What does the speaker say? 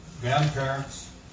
grandparents